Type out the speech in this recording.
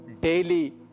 daily